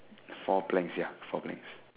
four planks ya four planks